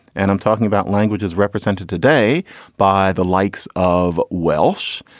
and i'm talking about languages represented today by the likes of welsh,